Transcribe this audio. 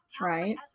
right